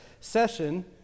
session